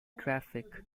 traffic